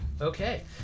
Okay